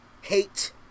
hate